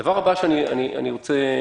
אני מגיע לפה